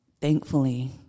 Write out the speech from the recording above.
thankfully